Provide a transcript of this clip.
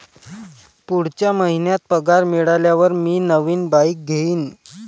पुढच्या महिन्यात पगार मिळाल्यावर मी नवीन बाईक घेईन